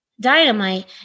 dynamite